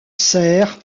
sert